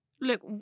look